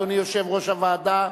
אדוני יושב-ראש הוועדה,